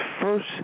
first